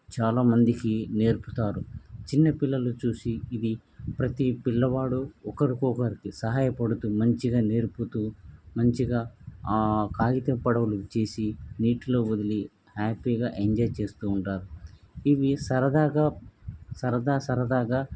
చాలా మందికి నేర్పుతారు చిన్నపిల్లలు చూసి ఇవి ప్రతి పిల్లవాడు ఒకరికొకరికి సహాయపడుతు మంచిగా నేర్పుతు మంచిగా ఆ కాగితపు పడవలు చేసి నీటిలో వదిలి హ్యాప్పీగా ఎంజాయ్ చేస్తు ఉంటారు ఇవి సరదాగా సరదా సరదాగా